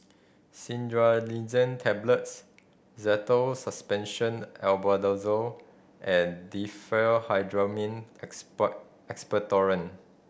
Cinnarizine Tablets Zental Suspension Albendazole and Diphenhydramine Expectorant